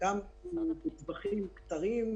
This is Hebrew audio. המגזר הזה,